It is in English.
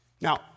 Now